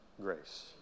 grace